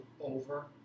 over